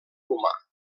humà